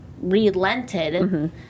relented